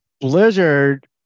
blizzard